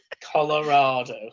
Colorado